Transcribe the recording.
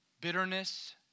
bitterness